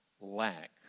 lack